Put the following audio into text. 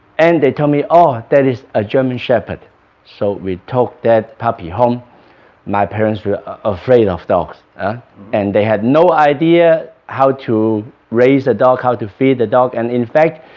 and they told me oh, ah that is a german shepherd so we took that puppy home my parents were afraid of dogs ah and they had no idea how to raise a dog, how to feed the dog and in fact